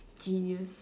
genius